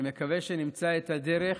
אני מקווה שנמצא את הדרך